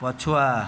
ପଛୁଆ